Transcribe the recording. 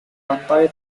pantai